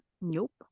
Nope